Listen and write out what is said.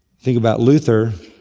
think about luther.